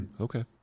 Okay